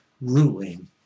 ruling